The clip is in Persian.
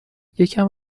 یکم